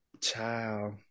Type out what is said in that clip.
Child